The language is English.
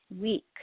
week